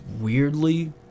weirdly